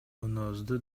мүнөздүү